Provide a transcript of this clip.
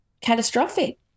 catastrophic